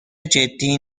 جدی